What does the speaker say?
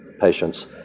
patients